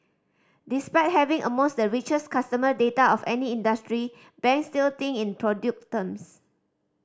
despite having amongst the richest customer data of any industry banks still think in product terms